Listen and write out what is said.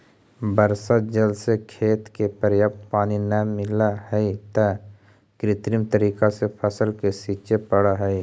वर्षा जल से खेत के पर्याप्त पानी न मिलऽ हइ, त कृत्रिम तरीका से फसल के सींचे पड़ऽ हइ